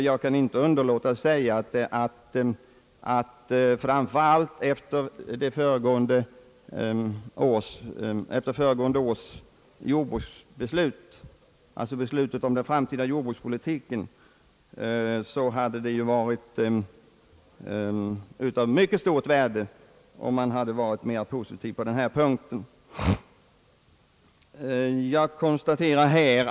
Jag kan inte underlåta att säga, att efter förra årets beslut om den framtida jordbrukspolitiken hade det varit enbart konsekvent om man visat sig mera positiv på denna punkt.